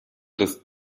des